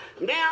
Now